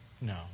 No